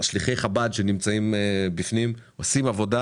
שליחי חב"ד שנמצאים בפנים עושים עבודה